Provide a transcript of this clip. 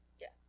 Yes